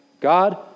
God